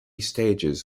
stages